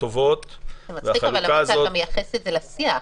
טובות --- זה מצחיק שאתה מייחס את זה לשיח.